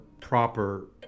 proper